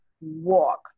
walk